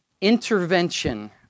intervention